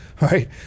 right